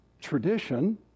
tradition